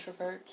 introverts